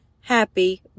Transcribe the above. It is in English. happy